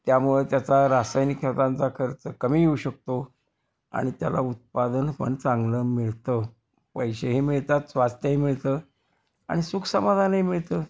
त्यामुळं त्याचा रासायनिक खतांचा खर्च कमी येऊ शकतो आणि त्याला उत्पादन पण चांगलं मिळतं पैसेही मिळतात स्वास्थ्यही मिळतं आणि सुख समाधानही मिळतं